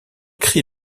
cri